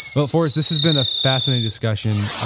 well, forrest, this has been a fascinating discussion.